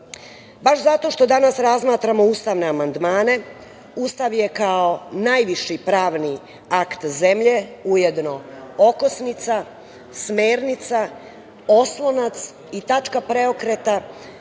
zato što danas razmatramo ustavne amandmane, Ustav je kao najviši pravni akt zemlje ujedno okosnica, smernica, oslonac i tačka preokreta